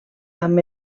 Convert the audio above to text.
amb